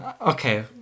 Okay